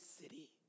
city